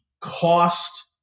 cost